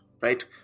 right